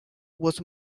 was